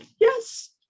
yes